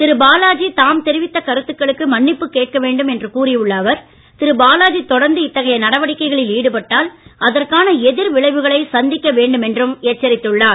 திரு பாலாஜி தாம் தெரிவித்த கருத்துக்களுக்கு மன்னிப்பு கேட்க வேண்டும் என்று கூறி உள்ள அவர் திரு பாலாஜி தொடர்ந்து இத்தகைய நடவடிக்கைகளில் ஈடுபட்டால் அதற்கான எதிர் விளைவுகளை சந்திக்க வேண்டும் என்றும் எச்சரித்துள்ளார்